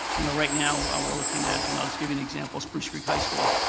you know right now ah we're looking at, and i'll just give you an example, spruce creek high school.